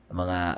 mga